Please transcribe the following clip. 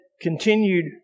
continued